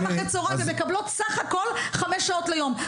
אחרי צהריים הן מקבלות סך הכל חמש שעות ליום.